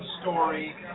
story